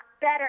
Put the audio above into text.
better